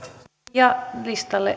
ja listalle